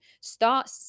Start